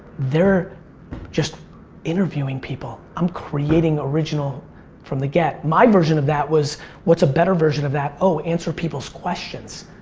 they're just interviewing people, i'm creating original from the get. my version of that was what's a better version of that? oh, answer people's questions.